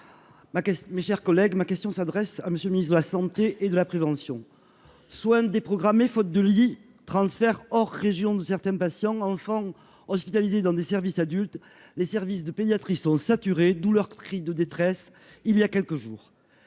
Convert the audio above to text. mes chers collègues, ma question s'adresse à monsieur le ministre de la Santé et de la prévention, soins déprogrammé faute de lits, transfert hors région de certains patients enfants hospitalisés dans des services adultes, les services de pédiatrie sont saturés douleur cri de détresse, il y a quelques jours,